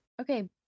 Okay